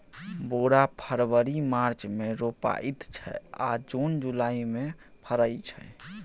बोरा फरबरी मार्च मे रोपाइत छै आ जुन जुलाई मे फरय छै